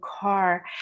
car